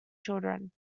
children